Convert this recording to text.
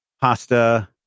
pasta